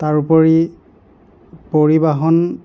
তাৰ উপৰি পৰিবহণ